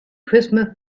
christmas